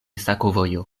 sakovojo